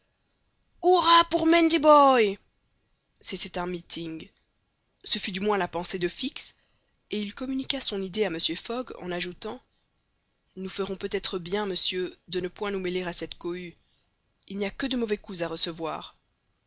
hurrah pour mandiboy c'était un meeting ce fut du moins la pensée de fix et il communiqua son idée à mr fogg en ajoutant nous ferons peut-être bien monsieur de ne point nous mêler à cette cohue il n'y a que de mauvais coups à recevoir